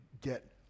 get